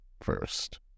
first